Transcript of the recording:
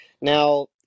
now